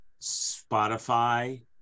Spotify